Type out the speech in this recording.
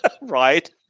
right